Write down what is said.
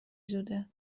زوده